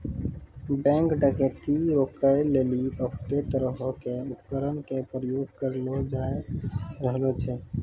bank डकैती रोकै लेली बहुते तरहो के उपकरण के प्रयोग करलो जाय रहलो छै